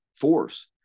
force